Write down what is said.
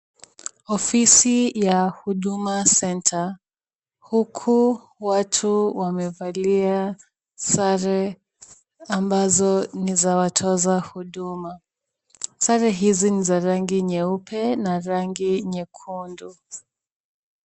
Ofisi ya huduma center, huku watu wamevalia sare ambazo ni za watoza huduma. Sare hizi ni za rangi nyeupe na rangi nyekundu.